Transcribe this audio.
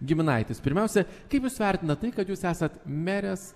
giminaitis pirmiausia kaip jūs vertinat tai kad jūs esat merės